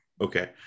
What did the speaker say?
Okay